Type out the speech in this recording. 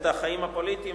את החיים הפוליטיים,